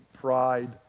Pride